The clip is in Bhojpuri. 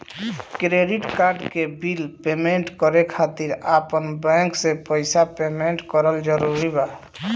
क्रेडिट कार्ड के बिल पेमेंट करे खातिर आपन बैंक से पईसा पेमेंट करल जरूरी बा?